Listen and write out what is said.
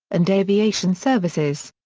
and aviation services.